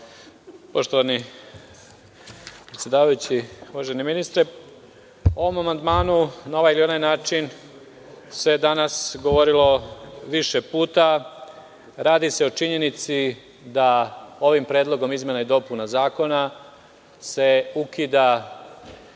Poštovani predsedavajući, uvaženi ministre, o ovom amandmanu, na ovaj ili onaj način, danas se govorilo više puta. Radi se o činjenici da se ovim predlogom izmena i dopuna zakona ukida